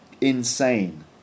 insane